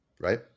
right